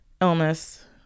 illness